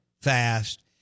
fast